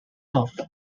off